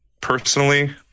personally